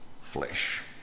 flesh